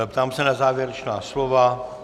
Ptám se na závěrečná slova?